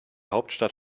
hauptstadt